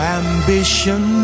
ambition